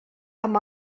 amb